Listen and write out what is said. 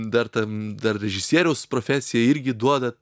dar ten dar režisieriaus profesija irgi duoda